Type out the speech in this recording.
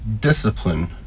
discipline